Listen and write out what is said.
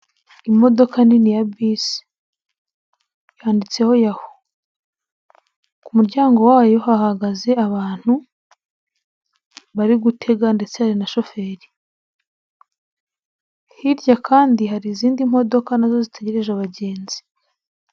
Imodoka nini ya bisi, yanditseho ''Yahoo'', ku muryango wayo hahagaze abantu bari gutega na shoferi. Hirya kandi hari izindi modoka nazo zitegereje abagenzi.